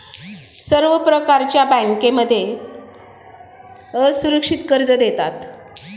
सर्व प्रकारच्या बँकांमध्ये असुरक्षित कर्ज देतात